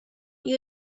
you